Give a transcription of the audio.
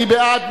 מי בעד?